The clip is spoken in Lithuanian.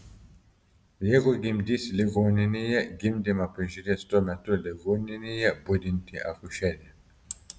jeigu gimdysi ligoninėje gimdymą prižiūrės tuo metu ligoninėje budinti akušerė